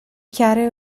chiare